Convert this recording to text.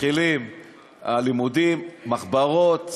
מתחילים הלימודים: מחברות,